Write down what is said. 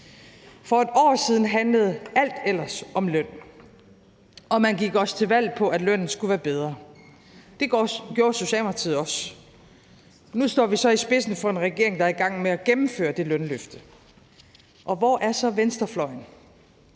For et år siden handlede alt ellers om løn, og man gik også til valg på, at lønnen skulle være bedre. Det gjorde Socialdemokratiet også. Nu står vi så i spidsen for en regering, der er i gang med at gennemføre det lønløfte. Og hvor er så venstrefløjen?